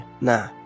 Nah